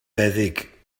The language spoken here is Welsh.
feddyg